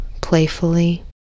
playfully